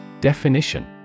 Definition